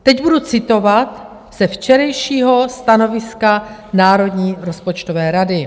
Teď budu citovat ze včerejšího stanoviska Národní rozpočtové rady.